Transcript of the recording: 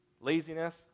Laziness